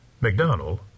McDonald